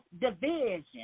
division